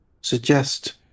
suggest